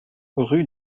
rue